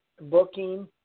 booking